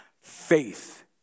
faith